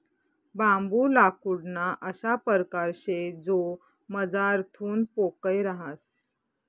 बांबू लाकूडना अशा परकार शे जो मझारथून पोकय रहास